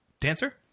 Dancer